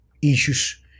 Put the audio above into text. issues